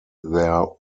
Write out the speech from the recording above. their